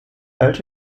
alte